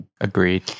Agreed